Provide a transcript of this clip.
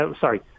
sorry